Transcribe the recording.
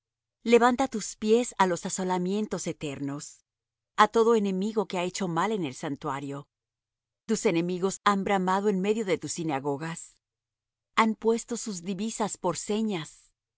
levanta tus pies á los asolamientos eternos a todo enemigo que ha hecho mal en el santuario tus enemigos han bramado en medio de tus sinagogas han puesto sus divisas por señas